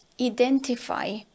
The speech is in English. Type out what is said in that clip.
identify